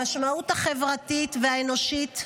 המשמעות החברתית והאנושית,